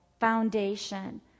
foundation